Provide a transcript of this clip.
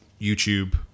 YouTube